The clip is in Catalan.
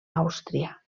àustria